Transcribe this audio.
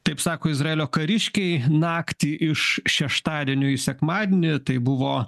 taip sako izraelio kariškiai naktį iš šeštadienio į sekmadienį tai buvo